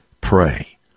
pray